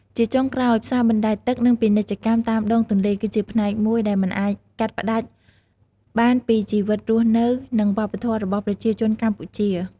ជាចុងក្រោយ ផ្សារបណ្តែតទឹក និងពាណិជ្ជកម្មតាមដងទន្លេ គឺជាផ្នែកមួយដែលមិនអាចកាត់ផ្ដាច់បានពីជីវិតរស់នៅ និងវប្បធម៌របស់ប្រជាជនកម្ពុជា។